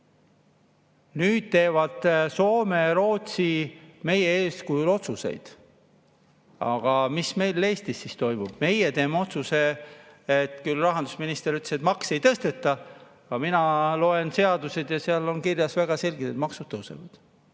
Nüüd teevad Soome ja Rootsi meie eeskujul otsuseid. Aga mis meil Eestis toimub? Meie teeme otsuse – rahandusminister küll ütles, et makse ei tõsteta, aga mina loen seaduseid ja seal on see väga selgelt kirjas –, et maksud tõusevad.